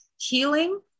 healing